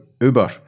Uber